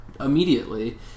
immediately